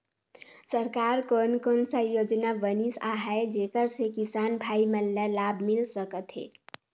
सरकार कोन कोन सा योजना बनिस आहाय जेकर से किसान भाई मन ला लाभ मिल सकथ हे?